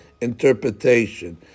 interpretation